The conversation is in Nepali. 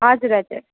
हजुर हजुर